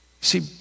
See